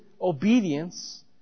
obedience